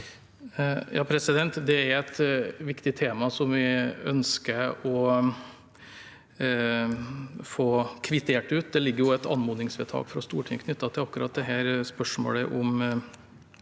Gram Det er et vik- tig tema vi ønsker å få kvittert ut. Det ligger et anmodningsvedtak fra Stortinget knyttet til akkurat dette spørsmålet om